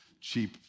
cheap